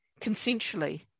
consensually